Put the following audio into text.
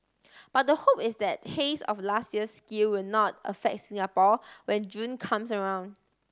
but the hope is that haze of last year's scale will not affect Singapore when June comes around